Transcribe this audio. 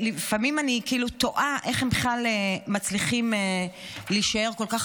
לפעמים אני כאילו תוהה אך הם בכלל מצליחים להישאר כל כך